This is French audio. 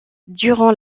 durant